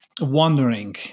wondering